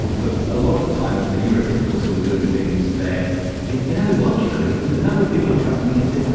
but a lot of the time it's the neurotypicals who are doing things that you think, you know, logically, the number of people who come to me and said,